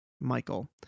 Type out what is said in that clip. michael